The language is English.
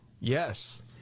Yes